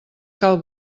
cal